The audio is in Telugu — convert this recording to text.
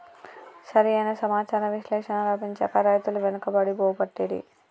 సరి అయిన సమాచార విశ్లేషణ లభించక రైతులు వెనుకబడి పోబట్టిరి